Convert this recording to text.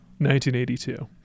1982